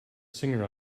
singer